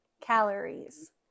calories